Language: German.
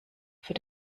für